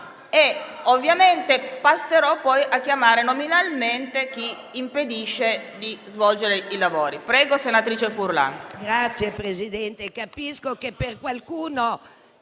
Ovviamente passerò poi a chiamare nominalmente chi impedisce di svolgere i lavori. *(Brusio)*. Prego, senatrice Furlan,